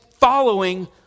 following